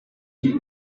deep